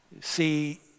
See